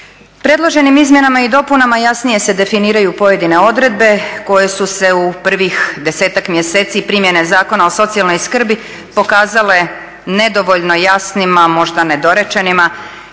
Predloženim izmjenama i dopunama jasnije se definiraju pojedine odredbe koje su se u prvih desetak mjeseci primjene Zakona o socijalnoj skrbi pokazale nedovoljno jasnim možda nedorečenima